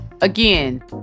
again